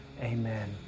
amen